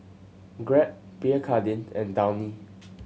grab Pierre Cardin and Downy